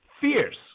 fierce